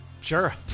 Sure